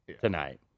tonight